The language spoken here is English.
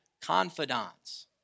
confidants